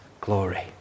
glory